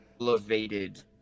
Elevated